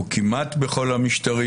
או כמעט בכולם,